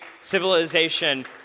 civilization